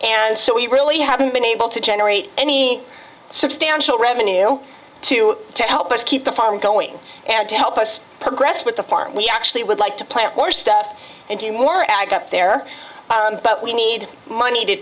and so we really haven't been able to generate any substantial revenue to help us keep the farm going and to help us progress with the farm we actually would like to plant more stuff and do more ag up there but we need money to